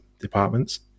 departments